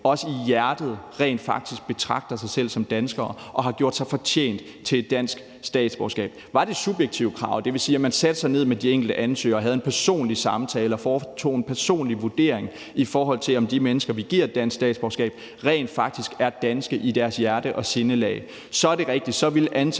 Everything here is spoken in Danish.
også i hjertet rent faktisk betragter sig selv som danskere og har gjort sig fortjent til et dansk statsborgerskab. Var det subjektive krav, det vil sige, at man satte sig ned med de enkelte ansøgere og havde en personlig samtale og foretog en personlig vurdering, i forhold til om de mennesker, vi giver dansk statsborgerskab, rent faktisk er danske i deres hjerte og sindelag, så er det rigtigt,